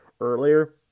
earlier